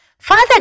Father